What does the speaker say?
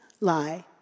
lie